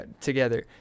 together